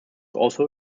also